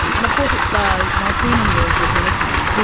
and and of course it does. my queen and yours, regina king,